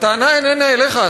הטענה איננה אליך,